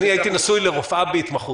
אני הייתי נשוי לרופאה בהתמחות.